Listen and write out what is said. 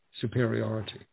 superiority